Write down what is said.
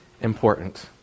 important